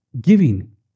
Giving